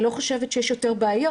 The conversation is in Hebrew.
אני לא חושבת שיש יותר בעיות,